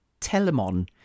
Telemon